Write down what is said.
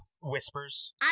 whispers